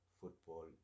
football